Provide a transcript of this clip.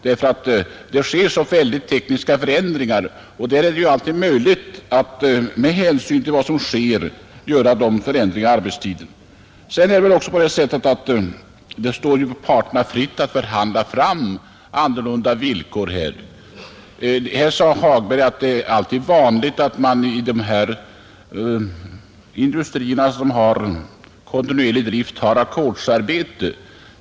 Det sker väldiga tekniska förändringar och det är alltid möjligt att med hänsyn till vad som sker göra behövliga förändringar i arbetstiden. Det står också parterna fritt att förhandla fram annorlunda villkor här, Herr Hagberg sade att det är vanligt att man i dessa industrier med kontinuerlig drift har ackordsarbete.